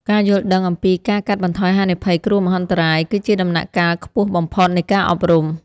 ការយល់ដឹងអំពីការកាត់បន្ថយហានិភ័យគ្រោះមហន្តរាយ គឺជាដំណាក់កាលខ្ពស់បំផុតនៃការអប់រំ។